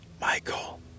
Michael